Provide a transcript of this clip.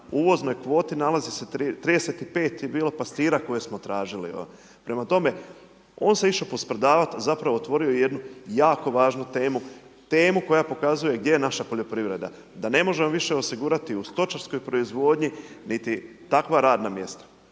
na uvoznoj kvoti nalazi se, 35 je bilo pastira koje smo tražili, evo. Prema tome, on se išao posprdavati, zapravo otvorio je jednu jako važnu temu, temu koja pokazuje gdje je naša poljoprivreda, da ne možemo više osigurati u stočarskoj proizvodnji niti takva radna mjesta.